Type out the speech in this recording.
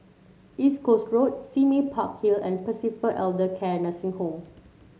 East Coast Road Sime Park Hill and Pacific Elder Care Nursing Home